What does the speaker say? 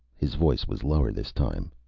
his voice was lower this time.